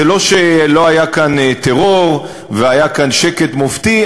זה לא שלא היה כאן טרור והיה כאן שקט מופתי.